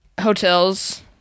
Hotels